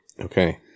Okay